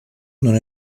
non